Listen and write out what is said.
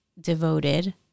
devoted